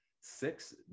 six